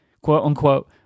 quote-unquote